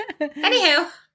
Anywho